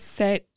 set